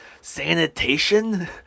Sanitation